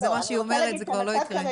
זה מה שהיא אומרת זה כבר לא יקרה.